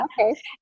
Okay